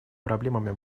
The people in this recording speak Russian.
проблемами